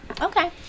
Okay